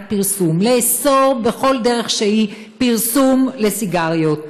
מניעת פרסום, לאסור בכל דרך שהיא פרסום לסיגריות,